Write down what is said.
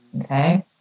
okay